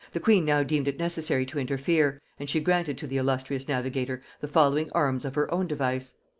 the queen now deemed it necessary to interfere, and she granted to the illustrious navigator the following arms of her own device.